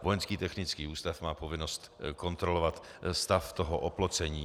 Vojenský technický ústav má povinnost kontrolovat stav oplocení.